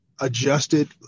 adjusted